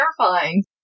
terrifying